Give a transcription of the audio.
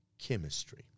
chemistry